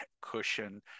cushion